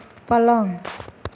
पलङ्ग